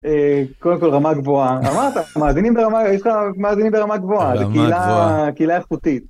אה... קודם כל רמה גבוהה. אמרת... מאזינים ברמה גבוהה. זו קהילה איכותית.